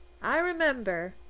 i remember!